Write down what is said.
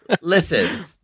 Listen